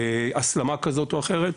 הסלמה כזאת או אחרת,